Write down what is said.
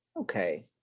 Okay